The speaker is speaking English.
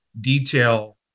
detail